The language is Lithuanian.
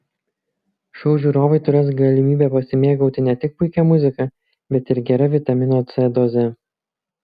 šou žiūrovai turės galimybę pasimėgauti ne tik puikia muzika bet ir gera vitamino c doze